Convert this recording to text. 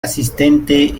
asistente